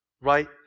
right